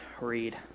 read